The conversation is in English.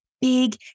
big